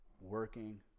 Working